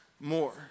more